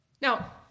now